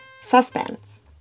suspense